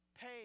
pay